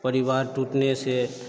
परिवार टूटने से